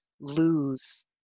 lose